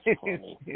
funny